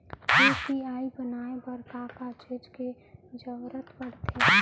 UPI बनाए बर का का चीज के जरवत पड़थे?